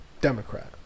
Democrat